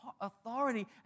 authority